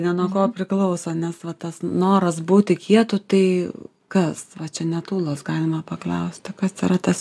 ne nuo ko priklauso nes va tas noras būti kietu tai kas va čia net ūlos galima paklausti kas yra tas